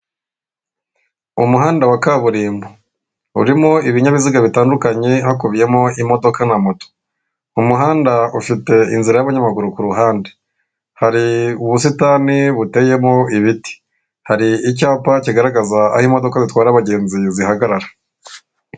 Umuhanda wa kaburimbo urimo ibinyabiziga bitandukanye hakubiyemo imodoka na moto. Umuhanda ufite inzira y'abanyamaguru k'uruhande, hari ubusitani buteyemo ibiti, hari icyapa kigaragaza aho imodoka zitwara abagenzi zihagarara.